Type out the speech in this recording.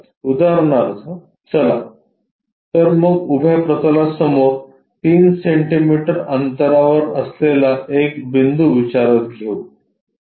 उदाहरणार्थ चला तर मग उभ्या प्रतलासमोर 3 सेंटीमीटर अंतरावर असलेला एक बिंदू विचारात घेऊ